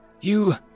You